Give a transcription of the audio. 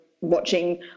watching